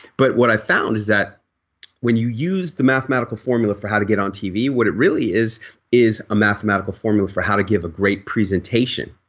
but what i found is that when you use the mathematical formula for how to get on t v. what it really is is a mathematical formula for how to give a great presentation.